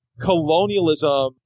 colonialism